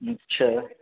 اچھا